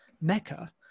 Mecca